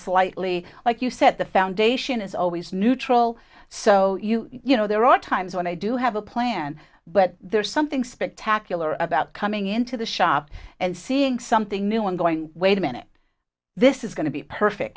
slightly like you said the foundation is always neutral so you know there are times when i do have a plan but there's something spectacular about coming into the shop and seeing something new and going wait a minute this is going to be perfect